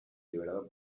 liberado